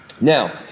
Now